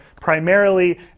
primarily